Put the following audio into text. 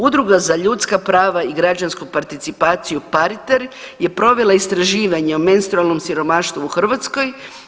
Udruga za ljudska prava i građansku participaciju PaRitar je provela istraživanja o menstrualnom siromaštvu u Hrvatskoj.